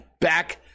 Back